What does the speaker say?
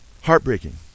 Heartbreaking